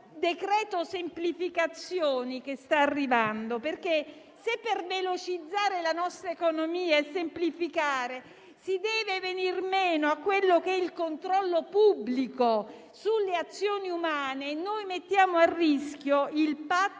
decreto semplificazioni che sta arrivando. Se per velocizzare la nostra economia e semplificare si deve venir meno al controllo pubblico sulle azioni umane, noi mettiamo a rischio il patto